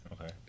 Okay